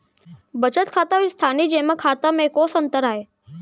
बचत खाता अऊ स्थानीय जेमा खाता में कोस अंतर आय?